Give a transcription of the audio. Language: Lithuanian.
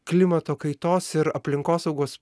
klimato kaitos ir aplinkosaugos